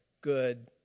good